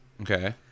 okay